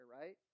right